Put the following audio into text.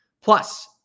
Plus